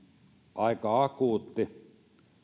aika akuutti